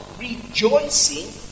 rejoicing